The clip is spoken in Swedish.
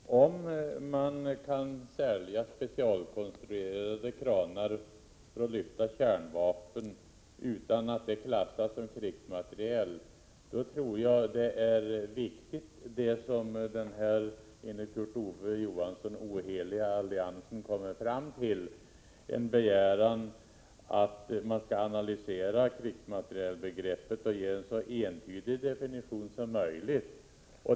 Herr talman! Om man kan sälja kranar som är specialkonstruerade för att lyfta kärnvapen utan att de klassas som krigsmateriel tror jag att det som den enligt Kurt Ove Johansson oheliga alliansen kommer fram till är riktigt, nämligen en begäran att man skall analysera krigsmaterielbegreppet och ge det en så entydig definition som möjligt.